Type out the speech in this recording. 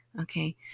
Okay